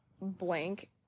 blank